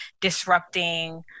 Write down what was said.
disrupting